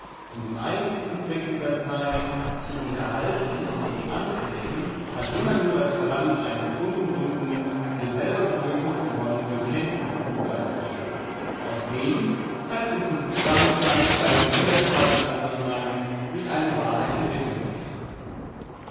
und dem eigentlichsten zweck dieser zeilen zu unterhalten und anzuregen hat immer nur das verlangen eines unumwundenen mir selber bedürfnis gewordenen bekenntnisses zur seite gestanden aus dem teils im zusammenklang teils im widerstreit mit andern meinungen sich eine wahrheit entwickeln möchte